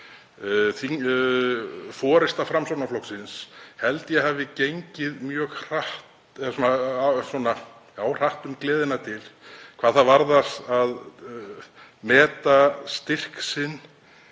að forysta Framsóknarflokksins held ég að hafi gengið mjög hratt um gleðinnar dyr hvað það varðar að meta styrk sinn